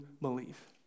believe